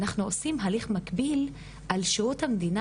אנחנו עושים הליך מקביל על שירות המדינה